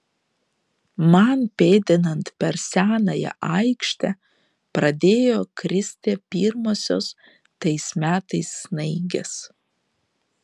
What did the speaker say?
man pėdinant per senąją aikštę pradėjo kristi pirmosios tais metais snaigės